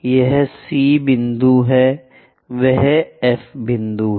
यह C बिंदु वह F बिंदु है